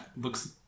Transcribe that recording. looks